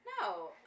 no